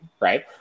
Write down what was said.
right